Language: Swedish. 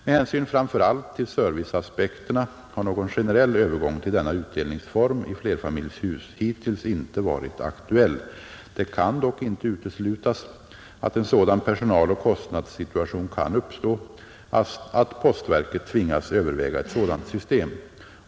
Med hänsyn framför allt till serviceaspekterna har någon generell övergång till denna utdelningsform i flerfamiljshus hittills inte varit aktuell. Det kan dock inte uteslutas att en sådan personaloch kostnadssituation kan uppstå, att postverket tvingas överväga ett sådant system.